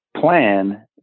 plan